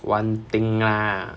one thing lah